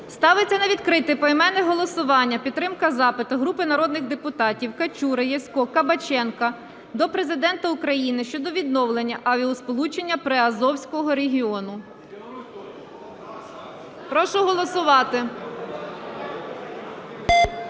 Ставиться на відкрите поіменне голосування підтримка запиту групи народних депутатів (Качури, Ясько, Кабаченка) до Президента України щодо відновлення авіасполучення Приазовського регіону. Прошу голосувати.